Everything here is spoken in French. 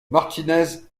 martinez